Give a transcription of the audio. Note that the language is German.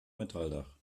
metalldach